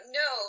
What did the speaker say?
no